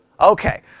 Okay